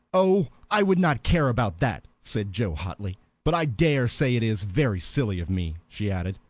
oh, i would not care about that, said joe, hotly. but i dare say it is very silly of me, she added.